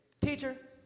teacher